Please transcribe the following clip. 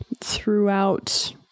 throughout